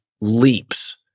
leaps